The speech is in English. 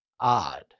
odd